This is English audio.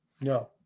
No